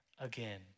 again